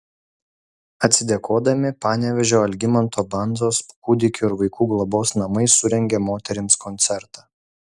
atsidėkodami panevėžio algimanto bandzos kūdikių ir vaikų globos namai surengė moterims koncertą